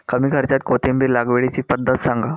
कमी खर्च्यात कोथिंबिर लागवडीची पद्धत सांगा